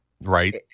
Right